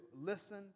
listen